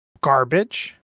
garbage